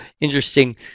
Interesting